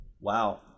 Wow